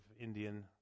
Indian